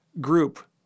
group